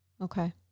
Okay